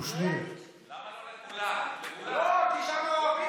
יאהבו את זה שם בקרמלין.